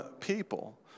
people